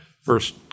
first